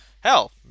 hell